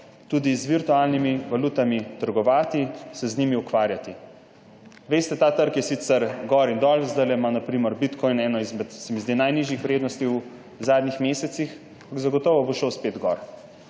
tudi z virtualnimi valutami trgovati, se z njimi ukvarjati. Veste, ta trg je sicer gor in dol, zdajle ima na primer bitcoin eno izmed, se mi zdi, najnižjih vrednosti v zadnjih mesecih, ampak zagotovo bo šel spet gor.